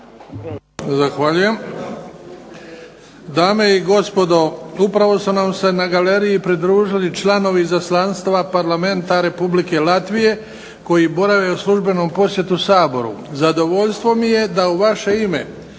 Zahvaljujem. Dame i gospodo, upravo su nam se na galeriji pridružili članovi Izaslanstva Parlamenta Republike Latvije koji borave u službenom posjetu Saboru. Zadovoljstvo mi je da u vaše ime